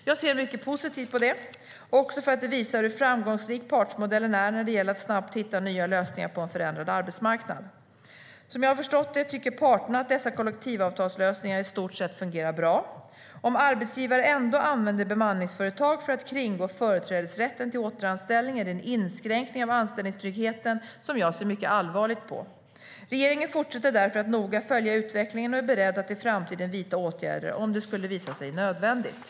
Jag ser mycket positivt på det, också för att det visar hur framgångsrik partsmodellen är när det gäller att snabbt hitta nya lösningar på en förändrad arbetsmarknad. Som jag har förstått det tycker parterna att dessa kollektivavtalslösningar i stort sett fungerar bra. Om arbetsgivare ändå använder bemanningsföretag för att kringgå företrädesrätten till återanställning är det en inskränkning av anställningstryggheten som jag ser mycket allvarligt på. Regeringen fortsätter därför att noga följa utvecklingen och är beredd att i framtiden vidta åtgärder om det skulle visa sig nödvändigt.